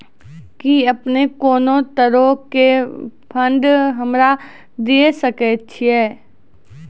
कि अपने कोनो तरहो के फंड हमरा दिये सकै छिये?